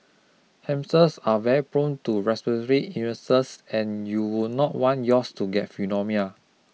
hamsters are very prone to respiratory illnesses and you would not want yours to get pneumonia